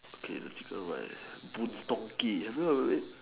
okay the chicken rice boon-tong-kee have you heard of it